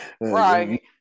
Right